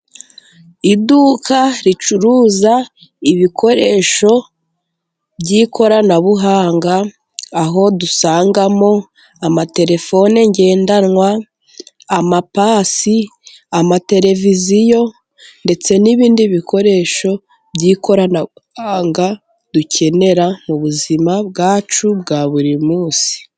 Iduka ricuruza ibikoresho by'ikoranabuhanga, aho dusangamo amaterefone ngendanwa, amapasi, amatereviziyo, ndetse n'ibindi bikoresho by'ikoranabuhanga dukenera muzima bwacu bwa buri munsi.